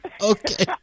Okay